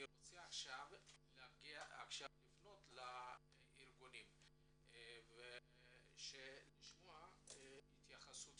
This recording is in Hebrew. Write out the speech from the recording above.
אני רוצה לפנות כעת לארגונים ולשמוע התייחסות